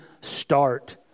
start